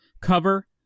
Cover